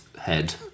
head